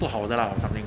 不好的 lah or something